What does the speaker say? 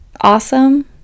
awesome